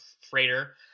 freighter